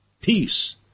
peace